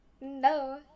No